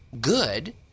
good